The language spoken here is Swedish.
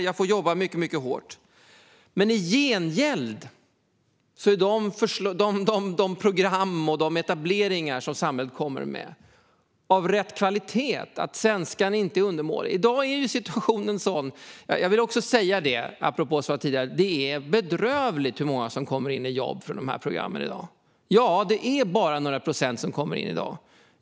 Man får jobba hårt, men i gengäld är de program och de etableringar som samhället kommer med av rätt kvalitet, och svenskan är inte undermålig. Apropå det jag sa tidigare är det bedrövligt hur få som kommer in i jobb från de här programmen i dag. Ja, det är bara några procent som kommer in i dag.